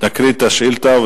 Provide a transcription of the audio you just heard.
תקרא את השאילתא.